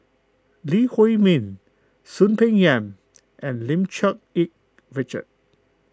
Lee Huei Min Soon Peng Yam and Lim Cherng Yih Richard